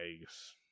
eggs